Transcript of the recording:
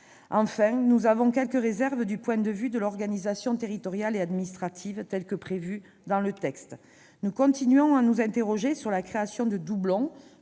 en outre quelques réserves du point de vue de l'organisation territoriale et administrative telle qu'elle est prévue dans le texte. Nous continuons à nous interroger sur la création de doublons-